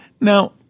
Now